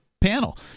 panel